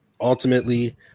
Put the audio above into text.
ultimately